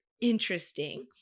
interesting